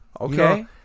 Okay